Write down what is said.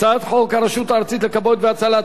חוק הרשות הארצית לכבאות והצלה,